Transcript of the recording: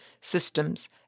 systems